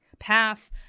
path